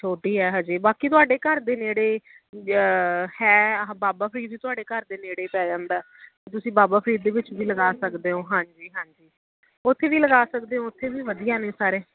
ਛੋਟੀ ਹੈ ਹਜੇ ਬਾਕੀ ਤੁਹਾਡੇ ਘਰ ਦੇ ਨੇੜੇ ਹੈ ਬਾਬਾ ਫਰੀਦ ਜੀ ਤੁਹਾਡੇ ਘਰ ਦੇ ਨੇੜੇ ਪੈ ਜਾਂਦਾ ਤੁਸੀਂ ਬਾਬਾ ਫਰੀਦ ਦੇ ਵਿੱਚ ਵੀ ਲਗਾ ਸਕਦੇ ਹੋ ਹਾਂਜੀ ਹਾਂਜੀ ਉੱਥੇ ਵੀ ਲਗਾ ਸਕਦੇ ਹੋ ਉੱਥੇ ਵੀ ਵਧੀਆ ਨੇ ਸਾਰੇ